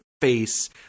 face